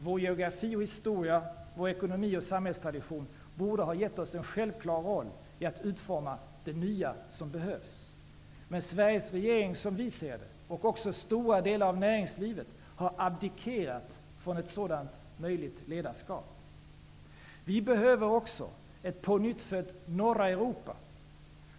Vår geografi och historia och vår ekonomi och samhällstradition borde ha givit oss en självklar roll i att utforma det nya som behövs. Men Sveriges regering och stora delar av näringslivet har som Socialdemokraterna ser det abdikerat från ett sådant möjligt ledarskap. Vi behöver också ett pånyttfött norra Europa.